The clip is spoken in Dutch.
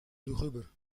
luguber